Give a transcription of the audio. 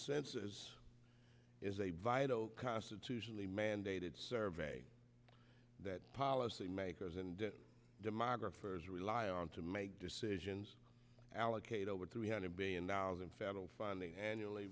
this is a vital constitutionally mandated survey that policy makers and demographers rely on to make decisions allocate over three hundred billion dollars in federal funding annually